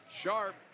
Sharp